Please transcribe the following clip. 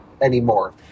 anymore